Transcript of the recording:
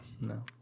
No